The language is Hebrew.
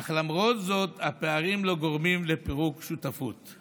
אך למרות זאת הפערים לא גורמים לפירוק שותפות.